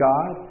God